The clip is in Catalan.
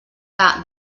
que